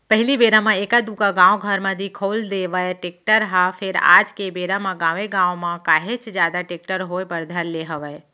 पहिली बेरा म एका दूका गाँव घर म दिखउल देवय टेक्टर ह फेर आज के बेरा म गाँवे गाँव म काहेच जादा टेक्टर होय बर धर ले हवय